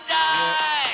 die